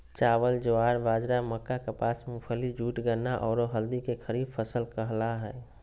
चावल, ज्वार, बाजरा, मक्का, कपास, मूंगफली, जूट, गन्ना, औरो हल्दी के खरीफ फसल कहला हइ